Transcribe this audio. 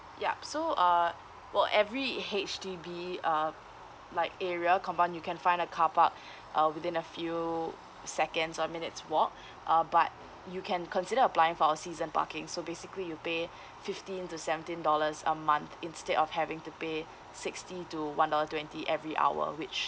yup so uh well every H_D_B uh like area compound you can find a carpark uh within a few seconds or minutes walk uh but you can consider applying for a season parking so basically you pay fifteen to seventeen dollars a month instead of having to pay sixty to one dollar twenty every hour which